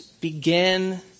begin